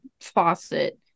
faucet